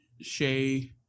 Shay